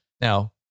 now